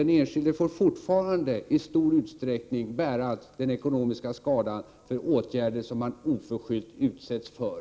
Den enskilde får alltså även i fortsättningen i stor utsträckning bära den ekonomiska skadan när det gäller åtgärder som han oförskyllt utsätts för.